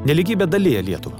nelygybė dalija lietuvą